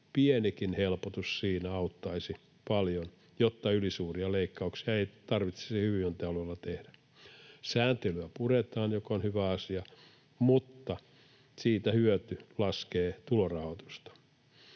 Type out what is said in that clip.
Pienikin helpotus siinä auttaisi paljon, jotta ylisuuria leikkauksia ei tarvitsisi hyvinvointialueilla tehdä. Sääntelyä puretaan, mikä on hyvä asia, mutta siitä saatava hyöty laskee tulorahoitusta.